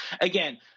Again